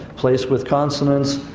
place with consonants,